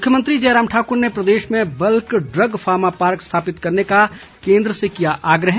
मुख्यमंत्री जयराम ठाकुर ने प्रदेश में बल्क ड्रग फार्मा पार्क स्थापित करने का केन्द्र से किया आग्रह